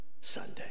Sunday